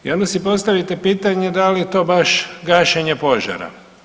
I onda si postavite pitanje da li je to baš gašenje požara?